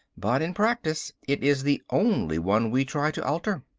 but in practice it is the only one we try to alter.